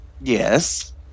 Yes